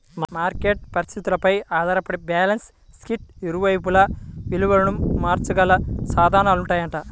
market పరిస్థితులపై ఆధారపడి balance షీట్కి ఇరువైపులా విలువను మార్చగల సాధనాలుంటాయంట